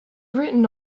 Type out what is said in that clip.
written